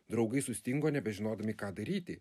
draugai sustingo nebežinodami ką daryti